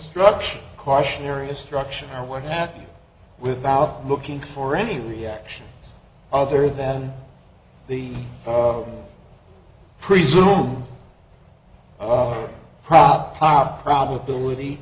structure cautionary destruction or what happened without looking for any reaction other than the presumed prop pop probability